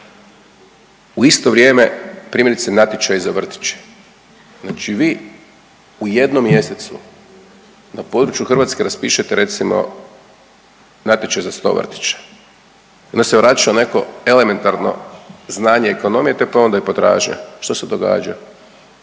u isto vrijeme, primjerice, natječaj za vrtiće. Znači vi u jednom mjesecu na području Hrvatske raspišete recimo natječaj za 100 vrtića, onda se vraća neko elementarno znanje ekonomije te ponuda i potražnja. Što se događa?